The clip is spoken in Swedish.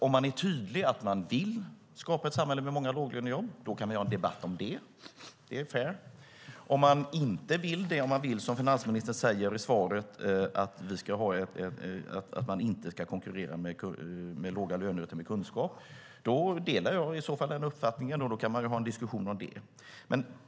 Om man är tydlig med att man vill skapa ett samhälle med många låglönejobb kan vi ha en debatt om det; det är fair. Om man inte vill det, om man, som finansministern säger i svaret, inte vill att vi ska konkurrera med låga löner utan med kunskap, delar jag i så fall den uppfattningen, och då kan vi ha en diskussion om det.